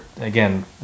again